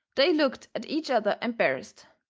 they looked at each other embarrassed,